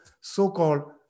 so-called